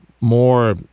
more